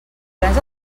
prens